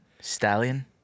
stallion